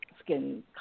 skin